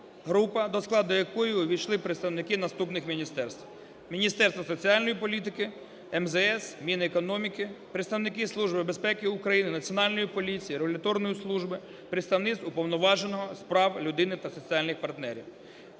група, до складу якої увійшли представники наступних міністерств: Міністерства соціальної політики, МЗС, Мінекономіки, представники Служби безпеки України, Національної поліції, регуляторної служби, представництв Уповноваженого з прав людини та соціальних партнерів.